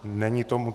Není tomu...